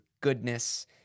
goodness